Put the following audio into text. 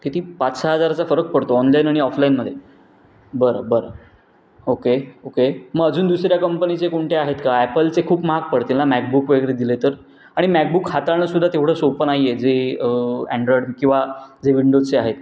किती पाच सहा हजाराचा फरक पडतो ऑनलाईन आणि ऑफलाईनमध्ये बरं बरं ओके ओके मग अजून दुसऱ्या कंपनीचे कोणते आहेत का ॲपलचे खूप महाग पडतील ना मॅकबुक वगैरे दिले तर आणि मॅकबुक हाताळणं सुद्धा तेवढं सोपं नाही आहे जे अँड्रॉईड किंवा जे विंडोजचे आहेत